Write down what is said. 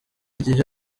igihe